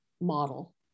model